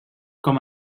com